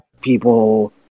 people